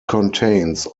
contains